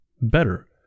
better